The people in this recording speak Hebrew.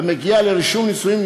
המגיע לרישום נישואין,